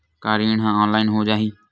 का ऋण ह ऑनलाइन हो जाही?